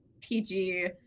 PG